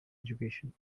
education